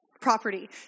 property